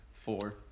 four